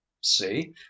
See